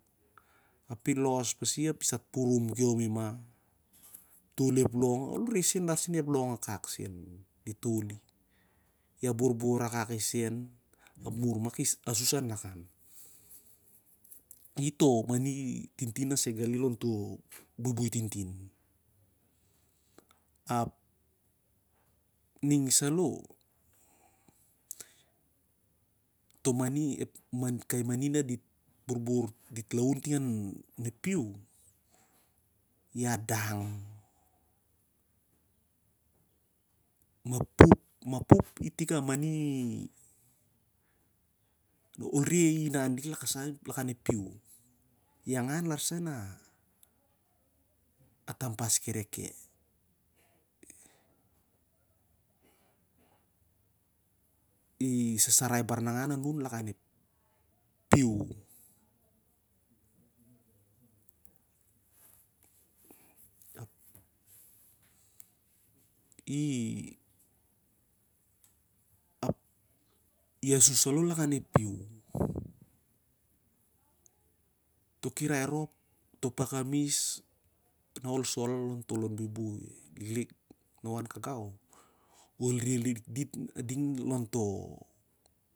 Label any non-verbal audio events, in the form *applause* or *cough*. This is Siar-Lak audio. Api los pasi api stat purum kiomi mah, ep long ap ol re larsen ep long akak sen n ditoli. Iaborbor akak i sen ap anmur ma ki ausu an lakan, itoh mani tintinn na sai gali lakan toh buibui tintin. Ap ning saloh, toh mani main kai mani na dit borbor ting lakan ep piu- ia dang, mapup mapup itik a mani *unintelligible* nai inan lik. *unintelligible* Ep tampas kereke, isasarai baran nangan anun lakan ep piu. Ap i i asus saloh lakan ep piu. Toh kirai rop, toh iah kamis na ol sol long buibui liklik na ol lan kagai, ol reh lik dit lakan toh